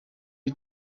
you